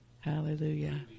Hallelujah